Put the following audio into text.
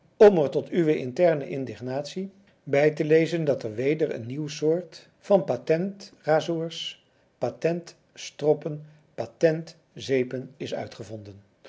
om er tot uwe interne indignatie bij te lezen dat er weder een nieuwe soort van patent razoors patent stroppen patent zeepen is uitgevonden